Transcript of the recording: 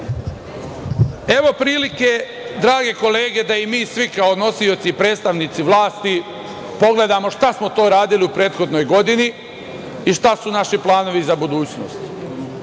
prilike, drage kolege, da i mi svi kao nosioci i predstavnici vlasti pogledamo šta smo to radili u prethodnoj godini i šta su naši planovi za budućnost.